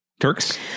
Turks